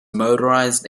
motorized